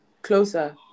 closer